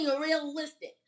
realistic